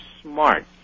smart